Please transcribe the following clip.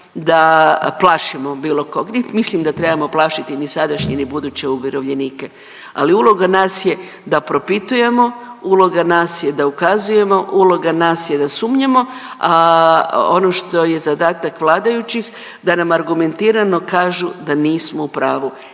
da plašimo bilo kog. Mislim da ne trebamo plašiti ni sadašnje ni buduće umirovljenike, ali uloga nas je da propitujemo, uloga nas je da ukazujemo, uloga nas je da sumnjamo. A ono što je zadatak vladajućih da nam argumentirano kažu da nismo u pravu.